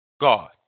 God